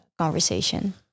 Conversation